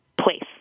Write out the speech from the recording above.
place